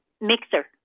mixer